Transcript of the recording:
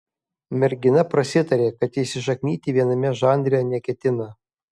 mergina prasitarė kad įsišaknyti viename žanre neketina